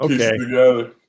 Okay